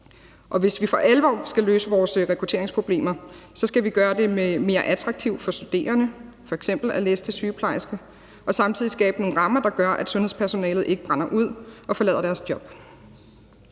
Og hvis vi for alvor skal løse vores rekrutteringsproblemer, skal vi gøre det mere attraktivt for studerende f.eks. at læse til sygeplejerske og samtidig skabe nogle rammer, der gør, at sundhedspersonalet ikke brænder ud og forlader deres job.